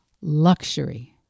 luxury